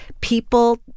People